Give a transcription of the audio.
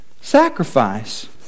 sacrifice